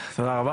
תודה רבה.